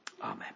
Amen